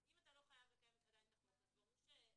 אם אתה לא חייב עדיין לקיים את החוק אז ברור ש-